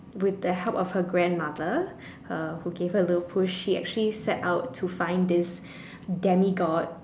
with the help of her grandmother uh who gave her a little push she actually set out to find this demigod